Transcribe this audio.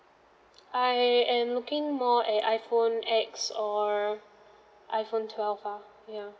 I am looking more a iphone X or iphone twelve ah yeah